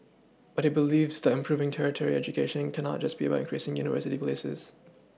but he believes that improving tertiary education cannot just be about increasing university places